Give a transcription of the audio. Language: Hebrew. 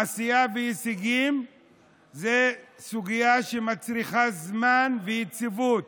עשייה והישגים זה סוגיה שמצריכה זמן ויציבות.